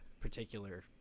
particular